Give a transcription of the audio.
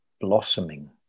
blossoming